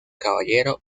caballero